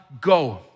Go